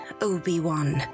Obi-Wan